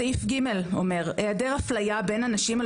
סעיף ג' אומר היעדר אפליה בין אנשים על